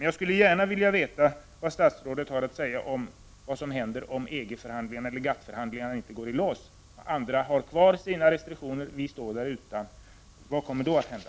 Jag skulle gärna vilja veta vad statsrådet har att säga om vad som händer ifall GATT-förhandlingarna inte går i lås, och andra länder har kvar sina restriktioner medan vi står utan restriktioner. Vad kommer då att hända?